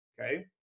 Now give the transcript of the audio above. okay